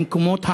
ממקומות העבודה,